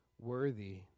Worthy